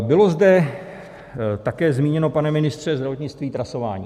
Bylo zde také zmíněno, pane ministře zdravotnictví, trasování.